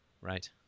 Right